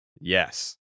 Yes